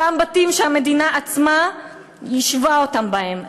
אותם בתים שהמדינה עצמה יישבה אותם בהם.